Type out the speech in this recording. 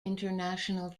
international